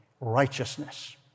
righteousness